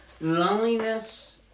loneliness